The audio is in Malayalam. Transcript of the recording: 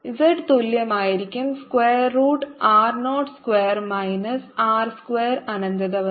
z തുല്യമായിരിക്കും square root r 0 square minus R square അനന്തത വരെ